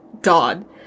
god